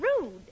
rude